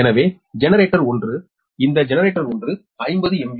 எனவே ஜெனரேட்டர் 1 இந்த generator 1 50 MVA 12